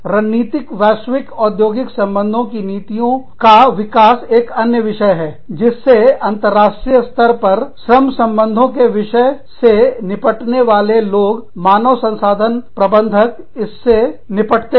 रणनीतिक वैश्विक औद्योगिक संबंधों की नीतियां का विकास एक अन्य विषय है जिसे अंतरराष्ट्रीय स्तर पर श्रम संबंधों के विषयों से निपटने वाले लोग मानव संसाधन प्रबंधक इससे में निपटते हैं